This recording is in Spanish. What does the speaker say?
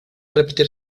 repetir